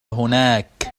هناك